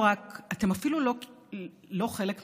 אתם אפילו לא חלק מהמשחק.